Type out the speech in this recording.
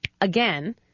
again